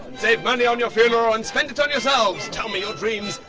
save money on your funeral and spend it on yourselves! tell me your dreams!